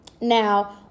Now